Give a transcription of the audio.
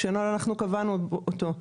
כשלא אנחנו קבענו אותם,